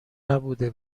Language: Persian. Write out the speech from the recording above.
نبوده